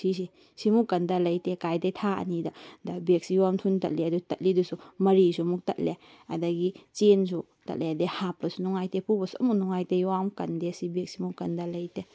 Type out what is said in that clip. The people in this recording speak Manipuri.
ꯁꯤꯁꯦ ꯁꯤꯃꯨꯛ ꯀꯟꯗꯕ ꯂꯩꯇꯦ ꯀꯗꯥꯏꯗꯩ ꯊꯥ ꯑꯅꯤꯗ ꯕꯦꯒꯁꯤꯁꯨ ꯌꯥꯝ ꯊꯨꯅ ꯇꯠꯂꯤ ꯑꯗꯨ ꯇꯠꯂꯤꯗꯨꯁꯨ ꯃꯔꯤꯁꯨ ꯑꯃꯨꯛ ꯇꯠꯂꯦ ꯑꯗꯒꯤ ꯆꯦꯟꯁꯨ ꯇꯠꯂꯦ ꯑꯗꯒꯤ ꯍꯥꯞꯄꯁꯨ ꯅꯨꯡꯉꯥꯏꯇꯦ ꯄꯨꯕꯁꯨ ꯑꯃ ꯐꯥꯎ ꯅꯨꯡꯉꯥꯏꯇꯦ ꯌꯥꯝ ꯀꯟꯗꯦ ꯁꯤ ꯕꯦꯒꯁꯤꯃꯨꯛ ꯀꯟꯗꯕ ꯂꯩꯇꯦ